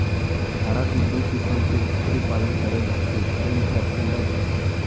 भारत म दू किसम के कुकरी पालन करे जाथे जेन हर अंडा देथे